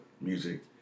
music